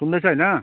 सुन्दैछ होइन